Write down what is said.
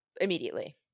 Immediately